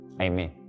Amen